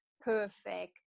perfect